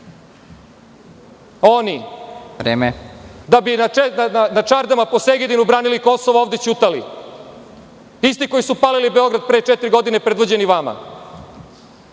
Oni, da bi na čardama po Segedinu branili Kosovo, ovde ćutali. Isti koji su palili Beograd pre četiri godine predvođeni vama.